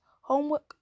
homework